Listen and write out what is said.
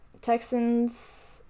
Texans